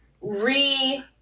re